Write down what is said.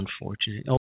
unfortunate